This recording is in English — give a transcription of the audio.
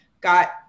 got